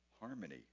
harmony